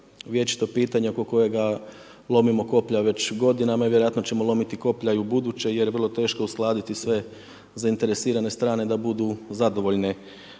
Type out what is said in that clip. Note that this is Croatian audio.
vječito pitanje oko kojega lomimo koplja već godinama i vjerojatno ćemo lomiti koplja i u buduće jer vrlo teško uskladiti sve zainteresirane strane da budu zadovoljne